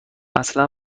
اصلا